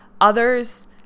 others